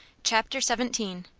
chapter xvii.